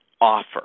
offer